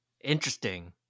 Interesting